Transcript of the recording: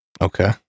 Okay